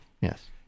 Yes